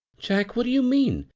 jack, what do you mean?